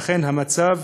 שאכן המצב